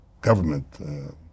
government